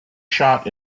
shot